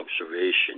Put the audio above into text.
observation